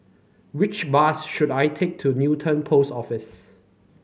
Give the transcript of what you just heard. which bus should I take to Newton Post Office